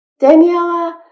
Daniela